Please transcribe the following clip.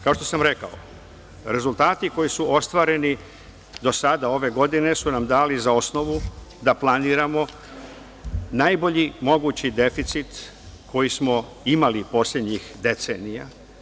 Kao što sam rekao, rezultati koji su ostvareni do sada, ove godine su nam dali za osnovu da planiramo najbolji mogući deficit koji smo imali poslednjih decenija.